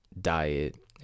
diet